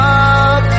up